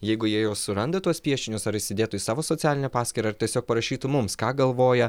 jeigu jie jau suranda tuos piešinius ar įsidėtų į savo socialinę paskyrą ar tiesiog parašytų mums ką galvoja